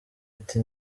ati